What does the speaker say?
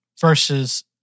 versus